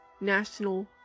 national